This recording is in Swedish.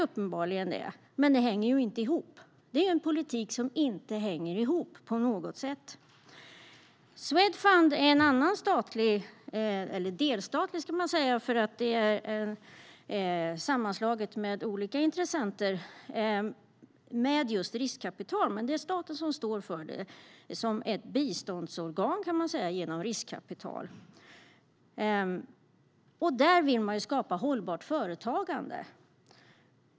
Men det är en politik som inte hänger ihop på något sätt. Swedfund är ett delstatligt bolag, för det är sammanslaget med olika intressenter och finansierat med riskkapital. Men det är staten som står för det som ett biståndsorgan, kan man säga, genom riskkapital. Där vill man skapa hållbart företagande.